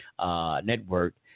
network